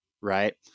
right